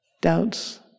doubts